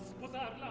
without